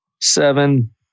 seven